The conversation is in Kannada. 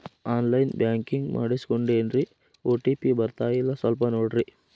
ಆನ್ ಲೈನ್ ಬ್ಯಾಂಕಿಂಗ್ ಮಾಡಿಸ್ಕೊಂಡೇನ್ರಿ ಓ.ಟಿ.ಪಿ ಬರ್ತಾಯಿಲ್ಲ ಸ್ವಲ್ಪ ನೋಡ್ರಿ